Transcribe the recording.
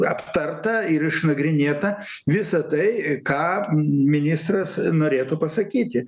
aptarta ir išnagrinėta visa tai ką ministras norėtų pasakyti